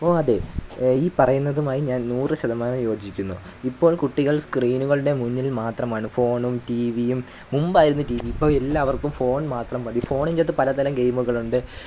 ഓ അതെ ഈ പറയുന്നതുമായി ഞാൻ നൂറ് ശതമാനം യോജിക്കുന്നു ഇപ്പോൾ കുട്ടികൾ സ്ക്രീനുകളുടെ മുന്നിൽ മാത്രമാണ് ഫോണും ടീവിയും മുമ്പായിരുന്നു ടീ വി ഇപ്പം എല്ലാവർക്കും ഫോൺ മാത്രം മതി ഫോണിൻ്റകത്ത് പലതരം ഗെയ്മുകളുണ്ട്